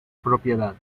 propiedad